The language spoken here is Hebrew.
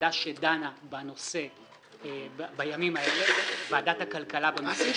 לוועדה שדנה בנושא בימים האלה - ועדת הכלכלה במקרה שלנו.